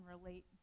relate